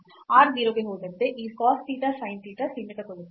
r 0 ಗೆ ಹೋದಂತೆ ಈ cos theta sin theta ಸೀಮಿತಗೊಳ್ಳುತ್ತದೆ